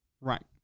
Right